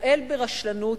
פועל ברשלנות,